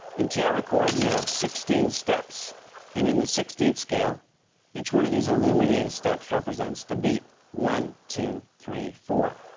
in tr-record, you have sixteen steps and in the sixteenth scale each one of these illuminated steps represents the beat one, two, three four.